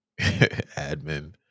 Admin